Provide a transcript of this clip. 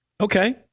Okay